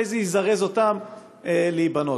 אולי זה יזרז אותם לבנות.